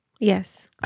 Yes